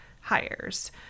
hires